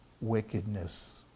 wickedness